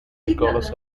nicholas